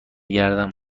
گردم